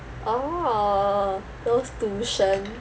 oh those 賭神